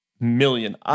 million